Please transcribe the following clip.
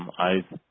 i